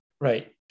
Right